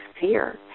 fear